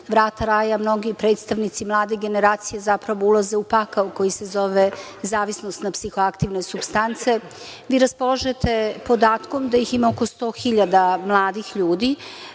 vrata raja mnogi predstavnici mlade generacije zapravo ulaze u pakao koji se zove zavisnost na psihoaktivne supstance. Vi raspolažete podatkom da ih ima oko 100.000 mladih ljudi.